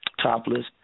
topless